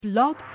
Blog